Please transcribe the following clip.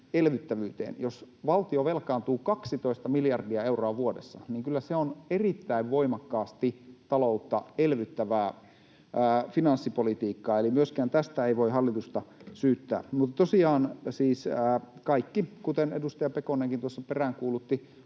elvyttävyyteen. Jos valtio velkaantuu 12 miljardia euroa vuodessa, niin kyllä se on erittäin voimakkaasti taloutta elvyttävää finanssipolitiikkaa, eli myöskään tästä ei voi hallitusta syyttää. Tosiaan kaikki, kuten edustaja Pekonenkin tuossa peräänkuulutti,